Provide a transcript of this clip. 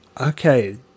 Okay